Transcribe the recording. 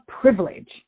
privilege